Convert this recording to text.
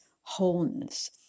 wholeness